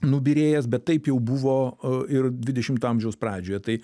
nubyrėjęs bet taip jau buvo ir dvidešimto amžiaus pradžioje tai